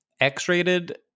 X-rated